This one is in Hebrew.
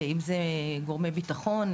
אם זה גורמי ביטחון,